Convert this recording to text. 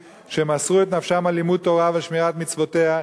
שמסרו את נפשם על לימוד תורה ושמירת מצוותיה.